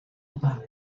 paulo